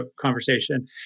conversation